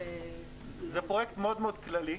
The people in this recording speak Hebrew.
זה פרויקט מאוד מאוד כללי.